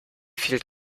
fehlt